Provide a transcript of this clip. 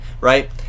Right